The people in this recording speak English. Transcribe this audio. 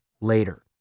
later